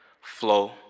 flow